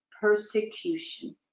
persecution